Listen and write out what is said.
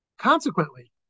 Consequently